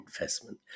investment